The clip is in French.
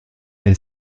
elle